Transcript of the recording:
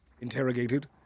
interrogated